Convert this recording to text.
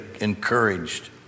encouraged